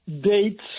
dates